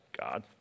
God